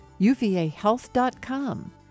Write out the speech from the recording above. uvahealth.com